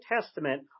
Testament